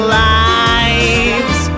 lives